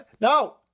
No